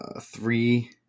three